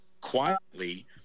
quietly